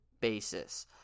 basis